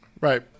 right